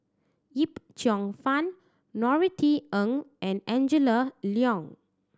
Yip Cheong Fun Norothy Ng and Angela Liong